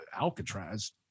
Alcatraz